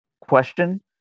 question